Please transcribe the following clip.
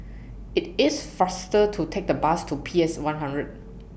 IT IS faster to Take The Bus to P S one hundred